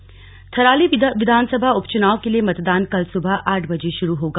उपचुनाव थराली विधानसभा उपचुनाव के लिए मतदान कल सुबह आठ बजे से शुरू होगा